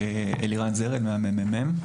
אני אלירן זרד מה-ממ"מ.